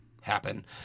happen